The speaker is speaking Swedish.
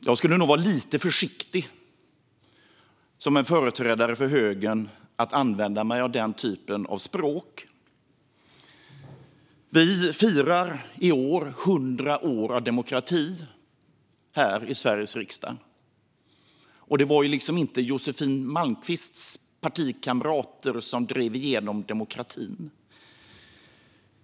Jag skulle nog, om jag var företrädare för högern, vara lite försiktig med att använda mig av den typen av språk. Vi firar i år 100 år av demokrati här i Sveriges riksdag, och det var inte Josefin Malmqvists partikamrater som drev igenom demokratin.